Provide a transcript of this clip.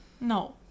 No